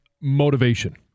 motivation